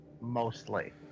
Mostly